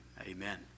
Amen